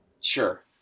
Sure